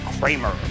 Kramer